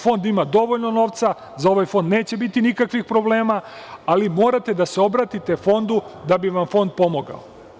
Fond ima dovoljno novca, za ovaj fond neće biti nikakvih problema, ali morate da se obratite fondu da bi vam fond pomogao.